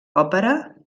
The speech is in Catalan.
òpera